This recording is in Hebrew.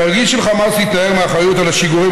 התרגיל של חמאס להתנער מהאחריות על השיגורים